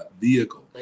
vehicle